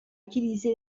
utiliser